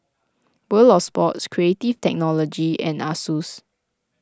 World of Sports Creative Technology and Asus